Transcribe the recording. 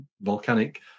volcanic